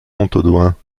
montaudoin